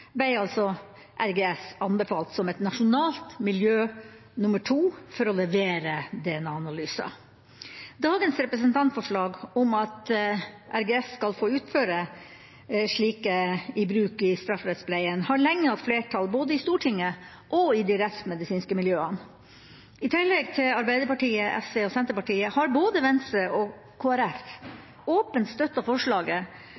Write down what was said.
ble RGS anbefalt som et nasjonalt miljø nummer to for å levere DNA-analyser. Dagens representantforslag om at RGS skal få utføre DNA-analyser for bruk i strafferettspleien, har lenge hatt flertall både i Stortinget og i de rettsmedisinske miljøene. I tillegg til Arbeiderpartiet, SV og Senterpartiet har både Venstre og